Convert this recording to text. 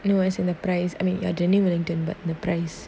no as in the price I mean you daniel wellington but the price